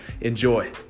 Enjoy